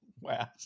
wow